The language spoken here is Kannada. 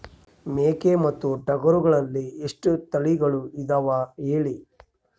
ಮೇಕೆ ಮತ್ತು ಟಗರುಗಳಲ್ಲಿ ಎಷ್ಟು ತಳಿಗಳು ಇದಾವ ಹೇಳಿ?